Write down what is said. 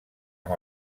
amb